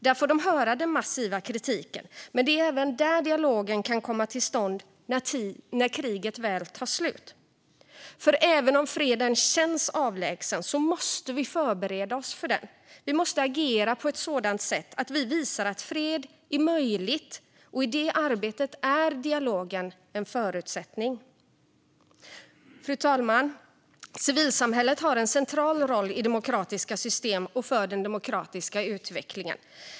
Där får de höra den massiva kritiken, men det är även där dialogen kan komma till stånd när kriget väl tar slut. Även om freden känns avlägsen måste vi förbereda oss för den. Vi måste agera på ett sådant sätt att vi visar att fred är möjlig. I det arbetet är dialogen en förutsättning. Fru talman! Civilsamhället har en central roll i demokratiska system och för den demokratiska utvecklingen.